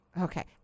Okay